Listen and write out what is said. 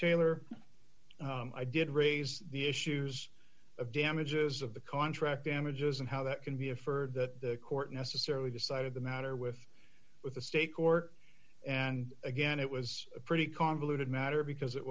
taylor i did raise the issues of damages of the contract damages and how that can be a further that court necessarily decided the matter with with the state court and again it was a pretty convoluted matter because it